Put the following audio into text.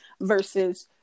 versus